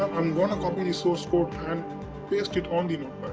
i'm gonna copy the source code and paste it on the notepad